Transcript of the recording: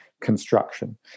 construction